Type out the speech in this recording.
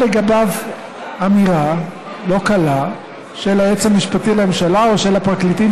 לגביו אמירה לא קלה של היועץ המשפטי לממשלה או של הפרקליטים